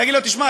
נגיד לו: שמע,